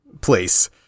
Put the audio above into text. place